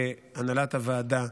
להנהלת הוועדה,